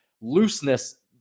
looseness